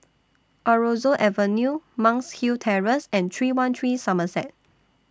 Aroozoo Avenue Monk's Hill Terrace and three one three Somerset